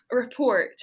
report